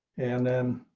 and then